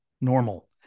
normal